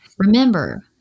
Remember